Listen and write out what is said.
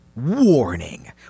Warning